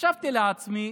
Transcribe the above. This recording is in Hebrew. חשבתי לעצמי: